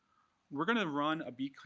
we're going to run a bq